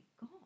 God